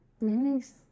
Nice